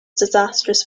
disastrous